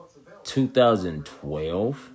2012